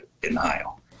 denial